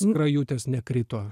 skrajutės nekrito